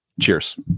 cheers